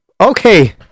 Okay